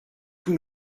tout